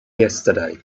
yesterday